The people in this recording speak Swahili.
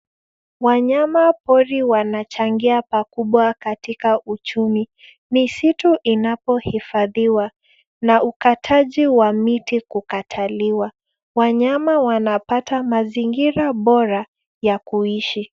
Wanyama pori wanachangia pakubwa katika uchumi misitu inapohifadhiwa na ukataji wa miti kukataliwa. Wanyama wanapata mazingira bora ya kuishi.